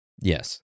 Yes